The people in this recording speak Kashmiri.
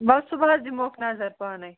بَس صُبحَس دِمہوکھ نظر پانَے